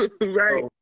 Right